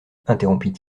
interrompit